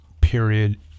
period